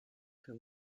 him